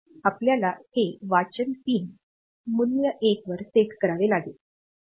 आपल्याला हे वाचन पिन मूल्य 1 वर सेट करावे लागेल